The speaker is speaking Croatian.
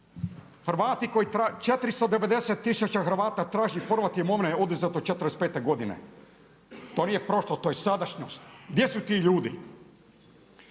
investirati? 490 tisuća Hrvata traži povrat imovine oduzete '45. godine, to nije prošlost, to je sadašnjost. Gdje su ti ljudi?